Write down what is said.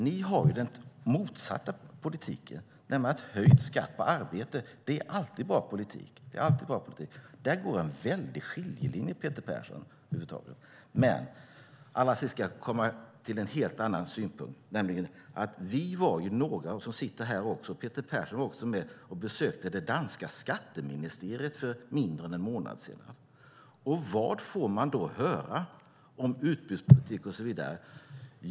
Ni har den motsatta politiken, nämligen att en höjning av skatten på arbete alltid är bra politik. Där går en klar skiljelinje mellan oss, Peter Persson. Jag ska slutligen ta upp en helt annan sak, nämligen att några av oss - Peter Persson var också med - besökte det danska skatteministeriet för mindre än månad sedan. Vad fick vi då höra om utbudspolitik och så vidare?